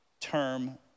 term